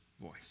voice